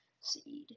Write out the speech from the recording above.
seed